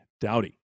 dowdy